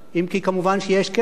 אם כי כמובן יש קשר,